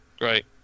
great